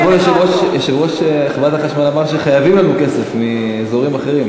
אתמול יושב-ראש חברת החשמל אמר שחייבים לנו כסף מאזורים אחרים.